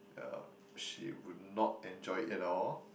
yeah she would not enjoy it at all